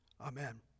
Amen